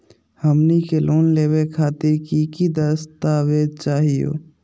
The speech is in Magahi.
हमनी के लोन लेवे खातीर की की दस्तावेज चाहीयो?